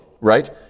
right